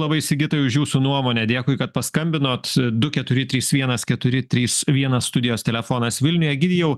labai sigitai už jūsų nuomonę dėkui kad paskambinot du keturi trys vienas keturi trys vienas studijos telefonas vilniuje egidijau